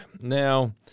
Now